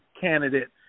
candidate